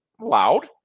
loud